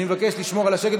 אני מבקש לשמור על השקט.